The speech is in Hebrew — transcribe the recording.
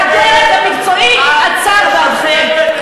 והדרג המקצועי עצר בעדכם.